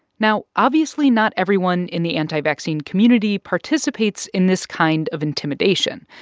now, obviously, not everyone in the anti-vaccine community participates in this kind of intimidation.